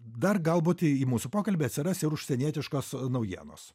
dar galbūt į mūsų pokalbį atsiras ir užsienietiškos naujienos